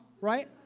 right